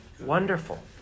Wonderful